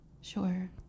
Sure